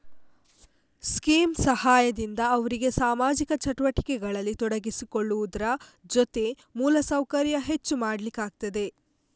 scheme ಸಹಾಯದಿಂದ ಅವ್ರಿಗೆ ಸಾಮಾಜಿಕ ಚಟುವಟಿಕೆಗಳಲ್ಲಿ ತೊಡಗಿಸಿಕೊಳ್ಳುವುದ್ರ ಜೊತೆ ಮೂಲ ಸೌಕರ್ಯ ಹೆಚ್ಚು ಮಾಡ್ಲಿಕ್ಕಾಗ್ತದೆ